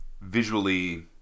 visually